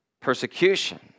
Persecution